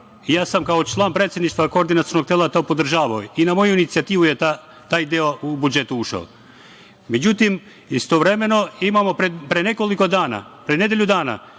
Ja sam kao član predsedništva Koordinacionog tela to podržavao i na moju inicijativu je taj deo u budžet ušao.Međutim, istovremeno imamo pre nekoliko dana, pre nedelju dana